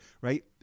right